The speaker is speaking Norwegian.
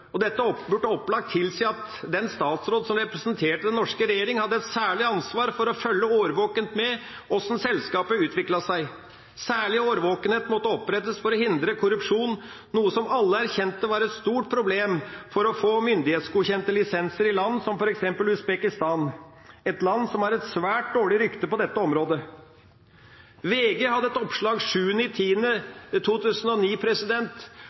og dette burde opplagt tilsi at den statsråd som representerte den norske regjering, hadde et særlig ansvar for å følge årvåkent med på hvordan selskapet utviklet seg. Særlig årvåkenhet måtte opprettes for å hindre korrupsjon, noe som alle erkjente var et stort problem for å få myndighetsgodkjente lisenser i land som f.eks. Usbekistan – et land som har et svært dårlig rykte på dette området. VG hadde et oppslag 7. oktober 2009